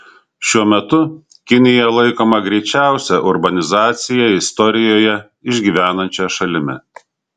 šiuo metu kinija laikoma greičiausią urbanizaciją istorijoje išgyvenančia šalimi